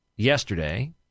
yesterday